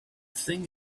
thing